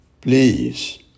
Please